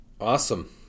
Awesome